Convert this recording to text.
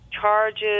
charges